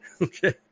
Okay